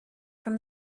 from